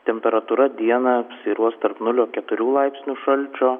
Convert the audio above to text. temperatūra dieną svyruos tarp nulio keturių laipsnių šalčio